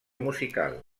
musical